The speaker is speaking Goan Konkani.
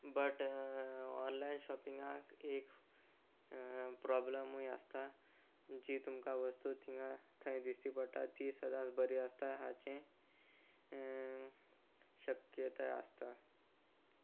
बट ऑनलायन शॉपिंगाक एक प्रोब्लमूय आसता जी तुमकां वस्तू थंय थंय दिश्टी पडटा ती सदांच बरी आसता हाचें शक्यताय आसता